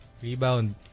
Rebound